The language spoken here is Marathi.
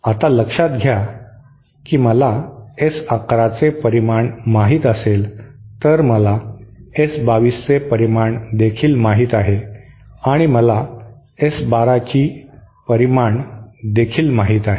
आता लक्षात घ्या की मला S 1 1 चे परिमाण माहित असेल तर मला S 2 2 चे परिमाण देखील माहित आहे आणि मला S 1 2 ची परिमाण देखील माहित आहे